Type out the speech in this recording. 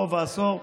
רוב העשור,